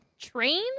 Train